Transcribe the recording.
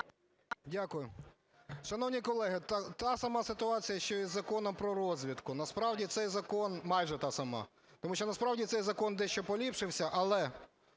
Дякую. Шановні колеги, та сама ситуація, що і з Законом про розвідку. Насправді цей закон… майже та сама, тому що насправді цей закон дещо поліпшився, але